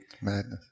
madness